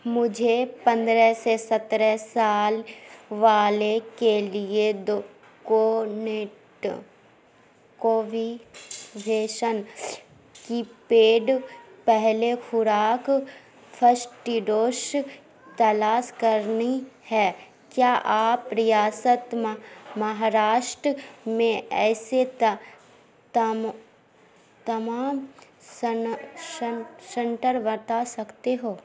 مجھے پندرہ سے سترہ سال والے کے لیے کو نیٹ کووی ویشن کی پیڈ پہلے خوراک فشٹ ڈوش تلاس کرنی ہے کیا آپ ریاست مہاراشٹر میں ایسے تمام شنٹر بتا سکتے ہو